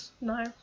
no